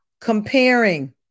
comparing